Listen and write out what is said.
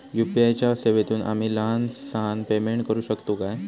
UPI च्या सेवेतून आम्ही लहान सहान पेमेंट करू शकतू काय?